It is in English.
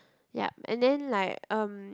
yep and then like uh